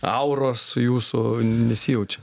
auros jūsų nesijaučiau